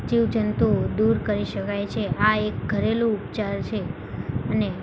જીવ જંતુ દૂર કરી શકાય છે આ એક ઘરેલુ ઉપચાર છે અને